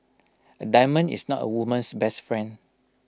A diamond is not A woman's best friend